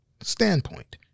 standpoint